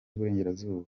iburengerazuba